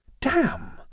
Damn